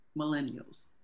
millennials